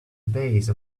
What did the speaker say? base